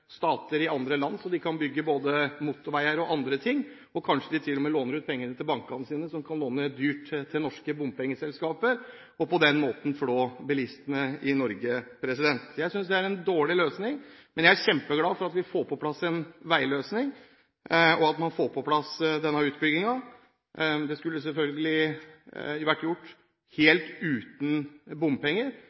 pst. til andre land, så de kan bygge både motorveier og andre ting – og kanskje de til og med låner ut pengene til bankene sine, som kan låne dyrt ut til norske bompengeselskaper, og på den måten flå bilistene i Norge. Jeg synes det er en dårlig løsning. Men jeg er kjempeglad for at vi får på plass en veiløsning, og at man får på plass denne utbyggingen. Det skulle selvfølgelig vært gjort helt uten bompenger,